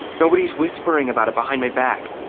nobody's whispering about it behind my back.